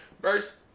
verse